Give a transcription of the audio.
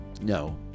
No